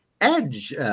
Edge